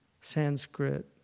Sanskrit